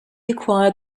acquired